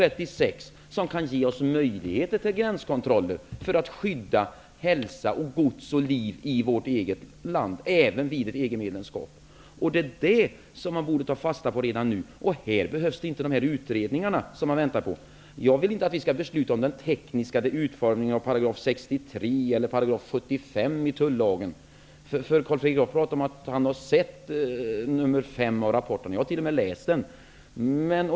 36, som kan ge oss möjligheter till gränskontroller för att skydda hälsa, gods och liv i vårt eget land, även vid ett EG-medlemskap. Detta borde man ta fasta på redan nu. Här behövs inte de utredningar som man väntar på. Jag vill inte att vi skall besluta om den tekniska utformningen av § 63 eller § 75 i tullagen. Carl Fredrik Graf talade här om att han har sett den femte rapporten. Själv har jag t.o.m. läst den.